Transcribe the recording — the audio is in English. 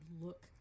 look